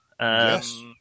yes